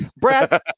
Brad